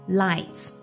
lights